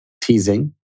teasing